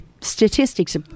statistics